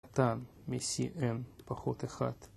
קטן מ-CN פחות 1